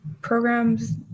programs